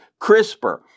CRISPR